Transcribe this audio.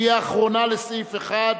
שהיא האחרונה לסעיף 1,